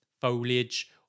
foliage